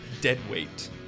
Deadweight